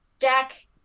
Jack